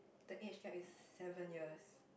the age gap is seven years